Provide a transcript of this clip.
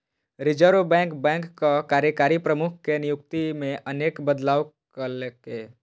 reserve bank बैंकक कार्यकारी प्रमुख के नियुक्ति मे अनेक बदलाव केलकै